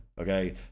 okay